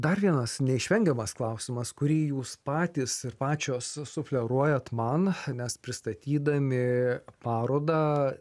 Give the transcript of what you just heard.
dar vienas neišvengiamas klausimas kurį jūs patys ir pačios sufleruojat man nes pristatydami parodą